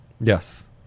Yes